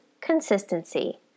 consistency